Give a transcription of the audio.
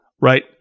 right